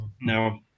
no